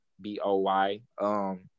B-O-Y